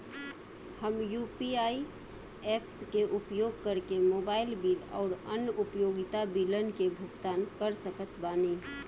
हम UPI apps के उपयोग करके मोबाइल बिल आउर अन्य उपयोगिता बिलन के भुगतान कर सकत बानी